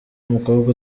umukobwa